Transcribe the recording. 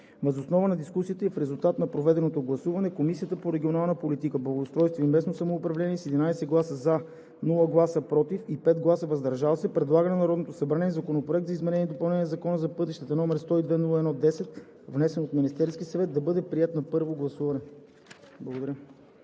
Въз основа на дискусията и в резултат на проведеното гласуване Комисията по регионална политика, благоустройство и местно самоуправление с 11 гласа „за“, без гласове „против“ и 5 гласа „въздържал се“ предлага на Народното събрание Законопроект за изменение и допълнение на Закона за пътищата, № 102-01-10, внесен от Министерския съвет, да бъде приет на първо гласуване.“ Благодаря.